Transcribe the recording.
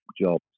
jobs